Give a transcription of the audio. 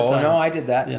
i did that, yeah